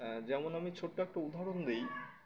যেমন আমি ছোট্ট একটা উদাহরণ দিই